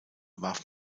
warf